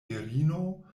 virino